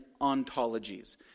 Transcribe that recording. ontologies